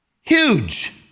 Huge